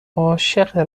عاشق